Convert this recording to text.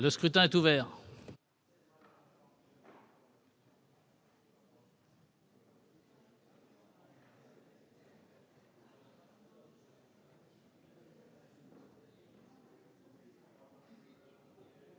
Le scrutin est ouvert.